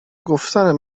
گفتن